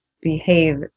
behave